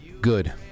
good